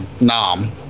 Nam